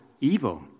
evil